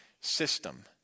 system